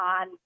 on